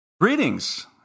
Greetings